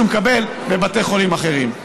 שירות שהוא מקבל שהוא מקבל בבתי חולים אחרים.